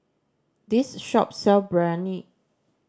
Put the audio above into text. this shop sell Biryani